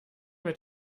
mit